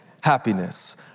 happiness